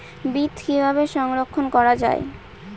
বীজ কিভাবে সংরক্ষণ করা যায়?